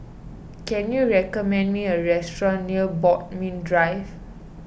can you recommend me a restaurant near Bodmin Drive